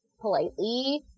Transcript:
politely